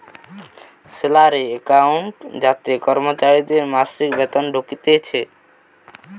salary account যাতে কর্মচারীদের মাসিক বেতন ঢুকতিছে